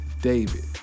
David